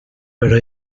però